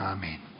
Amen